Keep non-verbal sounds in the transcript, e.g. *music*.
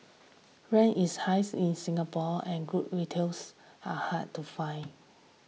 rent is *unintelligible* in Singapore and good retails are hard to find